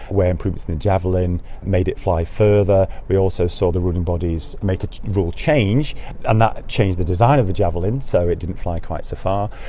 where improvements in the javelin made it fly further. we also saw the ruling bodies make a rule change and that changed the design of the javelin so it didn't fly quite so far.